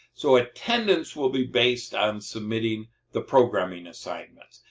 so attendance will be based on submitting the programming assignments.